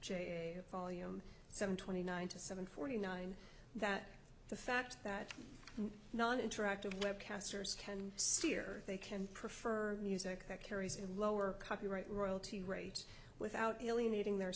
d volume seven twenty nine to seven forty nine that the fact that none interactive web casters can steer they can prefer music that carries a lower copyright royalty rate without alienating their